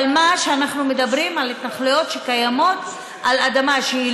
אבל אנחנו מדברים על התנחלויות קיימות על אדמה שהיא